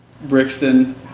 Brixton